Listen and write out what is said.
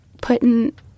putting